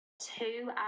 two